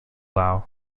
lau